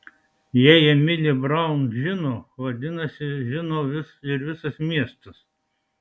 jei emilė braun žino vadinasi žino ir visas miestas